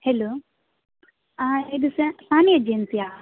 hello ಇದು sir ಸಾನಿಧ್ಯಂತೆಯಾ